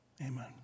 Amen